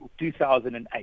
2008